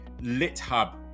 LitHub